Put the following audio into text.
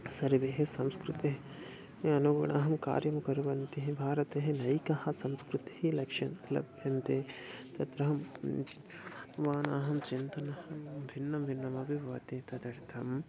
सर्वे संस्कृते अनुगुणं कार्यं कुर्वन्ति भारते नैकाः संस्कृतिः लक्ष्यन् लभ्यन्ते तत्रहं मानाहं चिन्तनः भिन्नं भिन्नमपि भवति तदर्थम्